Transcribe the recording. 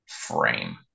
frame